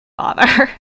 father